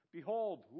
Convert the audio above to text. Behold